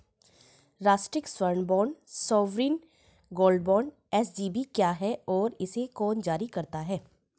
राष्ट्रिक स्वर्ण bond sovereign gold bond SGB क्या है और इसे कौन जारी करता है?